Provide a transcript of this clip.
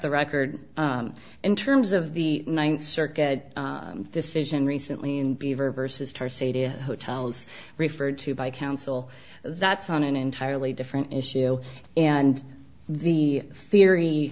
the record in terms of the ninth circuit decision recently in beaver vs tar sadia hotels referred to by counsel that's on an entirely different issue and the theory